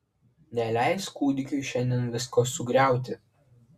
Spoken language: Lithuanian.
neleis kūdikiui šiandien visko sugriauti